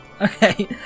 Okay